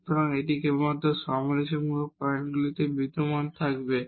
সুতরাং এটি কেবল এই ক্রিটিকাল পয়েন্ট এ বিদ্যমান থাকবে